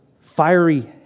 fiery